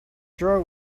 drawer